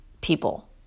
people